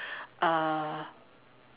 uh